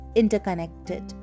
interconnected